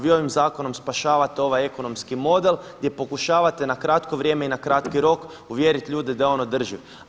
Vi ovim zakonom spašavate ovaj ekonomski model gdje pokušavate na kratko vrijeme i na kratki rok uvjeriti ljude da je on održiv.